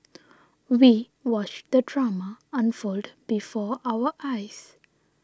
we watched the drama unfold before our eyes